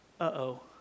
Uh-oh